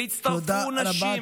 ויצטרפו נשים.